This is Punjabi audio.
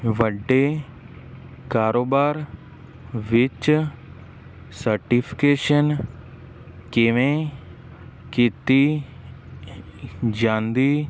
ਵੱਡੇ ਕਾਰੋਬਾਰ ਵਿੱਚ ਸਰਟੀਫਿਕੇਸ਼ਨ ਕਿਵੇਂ ਕੀਤੀ ਜਾਂਦੀ